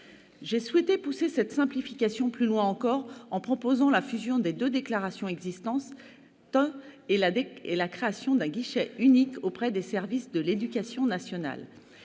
J'ai souhaité pousser cette simplification plus loin encore, en proposant la fusion des deux déclarations existantes et la création d'un guichet unique auprès des services de l'éducation nationale.